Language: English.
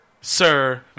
Sir